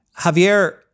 Javier